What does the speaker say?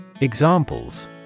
Examples